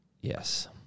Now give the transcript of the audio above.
yes